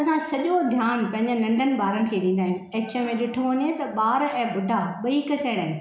असां सॼो ध्यानु पंहिंजनि नंढनि ॿारनि खे ॾींदा आहियूं ऐं चवे ॾिठो वञे त ॿार ऐं ॿुढा ॿई हिकु जहिड़ा आहिनि